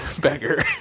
beggar